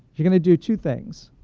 you're going to do two things.